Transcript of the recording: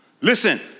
Listen